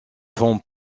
font